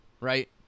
Right